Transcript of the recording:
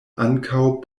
ankaŭ